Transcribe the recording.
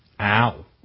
Ow